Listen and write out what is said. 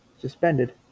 Suspended